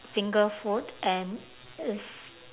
finger food and it's